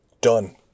done